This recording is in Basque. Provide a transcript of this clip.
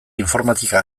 informatika